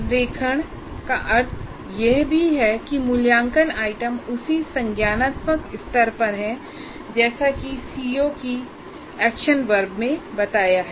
संरेखण का अर्थ यह भी है कि मूल्यांकन आइटम उसी संज्ञानात्मक स्तर पर हैं जैसा कि CO की एक्शन verb में बताया है